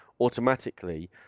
automatically